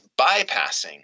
bypassing